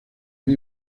una